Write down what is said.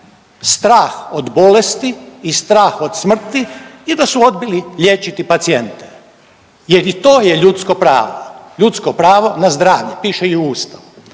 strah od bolesti i strah od smrti i da su odbili liječiti pacijente jer i to je ljudsko pravo. Ljudsko pravo na zdravlje, piše i u Ustavu.